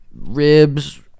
ribs